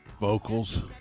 vocals